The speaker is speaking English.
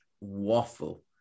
waffle